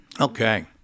okay